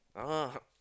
ah